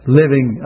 living